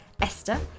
Esther